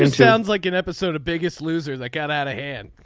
and sounds like an episode of biggest loser that got out of hand.